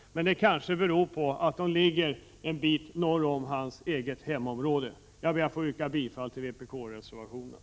Det kanske beror på att dessa orter ligger en bit norr om hans hemområde. Jag ber att få yrka bifall till vpk-reservationerna.